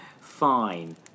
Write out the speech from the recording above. Fine